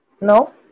No